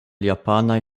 japanaj